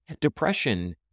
depression